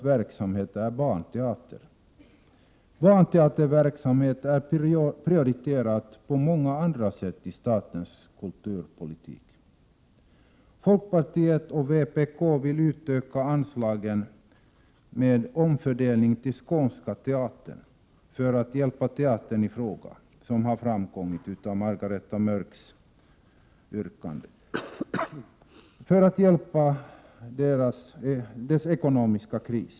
I statens kulturpolitik är barnteaterverksamhet prioriterad på många sätt. Folkpartiet och vpk vill genom omfördelning öka anslaget till Skånska teatern för att hjälpa teatern i fråga i dess ekonomiska kris, såsom har framgått av Margareta Mörcks yrkande.